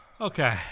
Okay